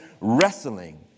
wrestling